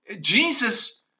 Jesus